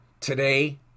today